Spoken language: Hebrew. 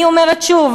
אני אומרת שוב,